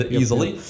easily